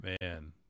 Man